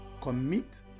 commit